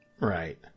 Right